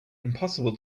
impossible